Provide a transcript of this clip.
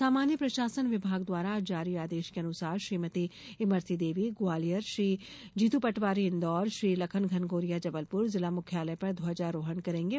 सामान्य प्रशासन विभाग द्वारा आज जारी आदेश के अनुसार श्रीमती इमरती देवी ग्वालियर श्री जीतू पटवारी इंदौर श्री लखन घनघोरिया जबलपुर जिला मुख्यालय पर ध्वजारोहण करेंगे